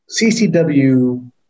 CCW